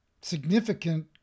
significant